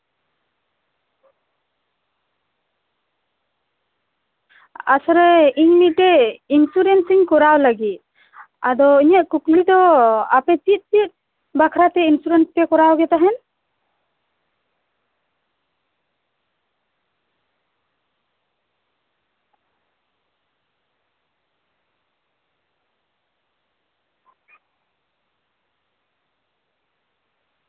ᱟᱥᱚᱞᱮ ᱤᱧ ᱢᱤᱫᱴᱮᱱ ᱤᱱᱥᱩᱨᱮᱱᱥᱤᱧ ᱠᱚᱨᱟᱣ ᱞᱟᱹᱜᱤᱫ ᱟᱫᱚ ᱤᱧᱟᱹᱜ ᱠᱩᱠᱞᱤ ᱫᱚ ᱟᱯᱮ ᱪᱮᱫ ᱪᱮᱫ ᱵᱟᱠᱷᱚᱨᱟᱛᱮ ᱤᱱᱥᱩᱨᱮᱱᱥ ᱯᱮ ᱠᱚᱨᱟᱣᱜᱮ ᱛᱟᱸᱦᱮᱫ